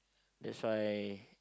that's why